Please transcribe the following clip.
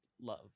love